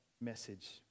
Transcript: message